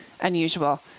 unusual